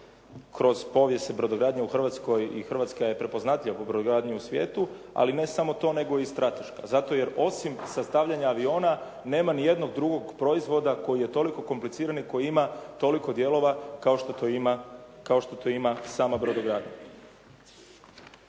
kroz povijest se brodogradnja u Hrvatskoj i Hrvatska je prepoznatljiva po brodogradnji u svijetu, ali ne samo to, nego i strateška zato jer osim sastavljanja aviona nema ni jednog drugog proizvoda koji je toliko kompliciran i koji ima toliko dijelova kao što to ima sama brodogradnja.